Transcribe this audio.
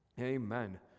amen